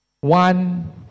One